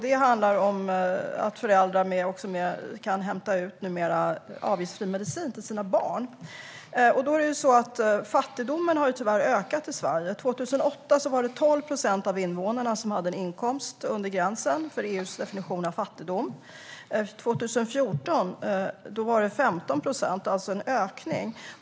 Det handlar om att föräldrar numera kan hämta ut avgiftsfri medicin till sina barn. Fattigdomen har tyvärr ökat i Sverige. År 2008 var det 12 procent av invånarna som hade en inkomst som låg under gränsen för EU:s definition av fattigdom. År 2014 var det 15 procent. Det är alltså en ökning.